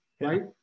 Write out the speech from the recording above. Right